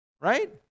Right